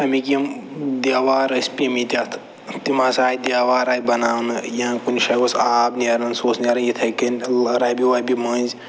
اَمِکۍ یِم دیوار ٲسۍ پیٚمٕتۍ اَتھ تِم ہسا آیہِ دٮ۪وار آیہِ بناونہٕ یا کُنہِ جایہِ اوس آب نیران سُہ اوس نیران یِتھَے کٔنۍ رَبہِ وَبہِ مٔنٛزۍ